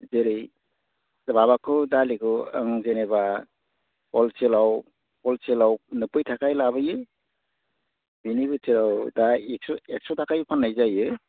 जेरै माबाखौ दालिखौ आं जेनेबा हलसेलाव हलसेलाव नोब्बै थाखायै लाबोयो बिनि भिथोराव दा एकस' एकस' थाखायै फाननाय जायो